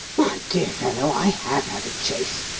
my dear fellow, i have had a chase!